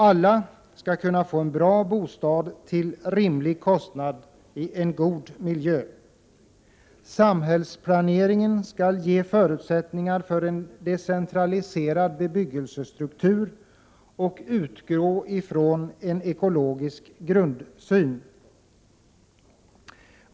Alla skall kunna få en bra bostad till rimlig kostnad i en god miljö. Samhällsplaneringen skall ge förutsättningar för en decentraliserad bebyggelsestruktur och utgå från en ekologisk grundsyn.